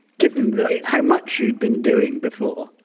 given how much you'd been doing before?